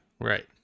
right